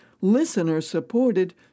listener-supported